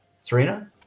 serena